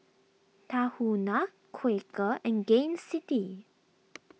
Tahuna Quaker and Gain City